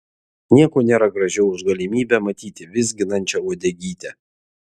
nieko nėra gražiau už galimybę matyti vizginančią uodegytę